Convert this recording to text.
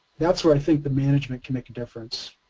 that's where think the management can make a difference.